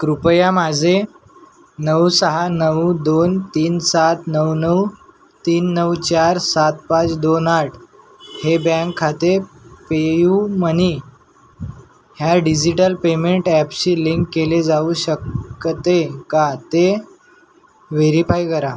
कृपया माझे नऊ सहा नऊ दोन तीन सात नऊ नऊ तीन नऊ चार सात पाच दोन आठ हे बँक खाते पेयू मनी ह्या डिजिटल पेमेंट ॲपशी लिंक केले जाऊ शकते का ते व्हेरीफाय करा